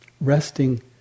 resting